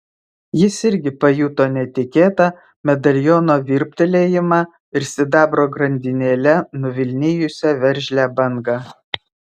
jis irgi pajuto netikėtą medaliono virptelėjimą ir sidabro grandinėle nuvilnijusią veržlią bangą